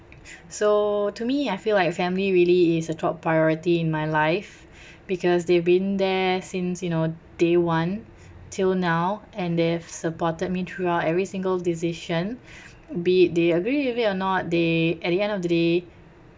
so to me I feel like family really is a top priority in my life because they've been there since you know day one till now and they've supported me throughout every single decision be it they agree with it or not they at the end of the day